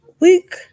week